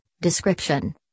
description